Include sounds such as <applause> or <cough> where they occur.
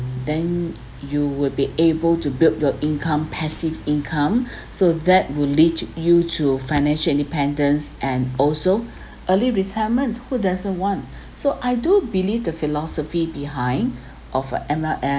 then you would be able to build your income passive income <breath> so that will lead you to financial independence and also <breath> early retirements who doesn't want <breath> so I do believe the philosophy behind <breath> of M_L_M